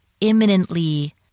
imminently